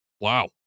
Wow